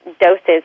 doses